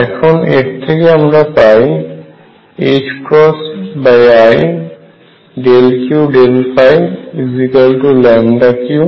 এখন এর থেকে আমরা পাই idQdϕ Q